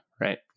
right